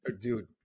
dude